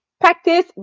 practice